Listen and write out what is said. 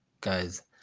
guys